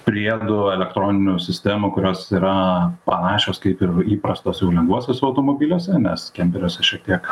priedų elektroninių sistemų kurios yra panašios kaip ir įprastos jau lengvuosiuose automobiliuose nes kemperiuose šiek tiek